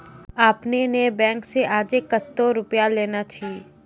आपने ने बैंक से आजे कतो रुपिया लेने छियि?